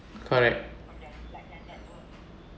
correct